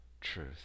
truth